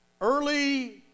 early